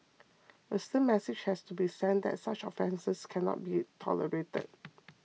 a stern message has to be sent that such offences can not be tolerated